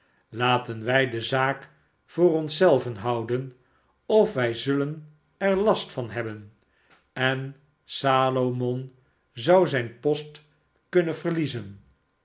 laten wij de zaak voor ons zelven houden of wij zullen er last van hebben en salomon zou zijn post kunnen verliezen